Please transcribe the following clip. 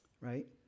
right